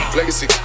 Legacy